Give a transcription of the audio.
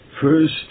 First